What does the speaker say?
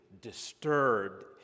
disturbed